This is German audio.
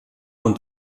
und